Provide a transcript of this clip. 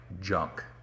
junk